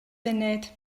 funud